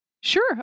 Sure